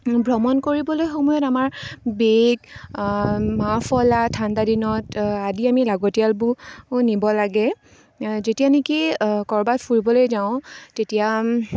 ভ্ৰমণ কৰিবলৈ সময়ত আমাৰ বেগ মাফলাৰ ঠাণ্ডাদিনত আদি আমি লাগতিয়ালবোৰ নিব লাগে যেতিয়া নেকি ক'ৰবাত ফুৰিবলৈ যাওঁ তেতিয়া